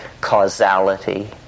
causality